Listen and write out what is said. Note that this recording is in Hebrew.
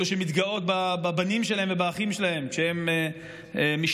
אלו שמתגאות בבנים שלהן ובאחים שלהן כשהן משתתפים,